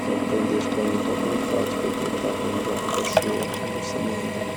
Da mba indesiko agny avao koa gny vadiko qgn apahitako raha soa agny mbô tsy niaignany.